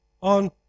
On